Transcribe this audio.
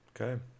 Okay